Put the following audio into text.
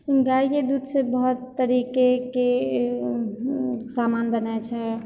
गाइके दूधसँ बहुत तरीकेके सामान बनै छै